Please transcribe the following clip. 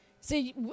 See